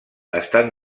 estan